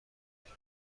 نیست